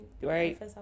Right